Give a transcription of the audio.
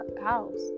house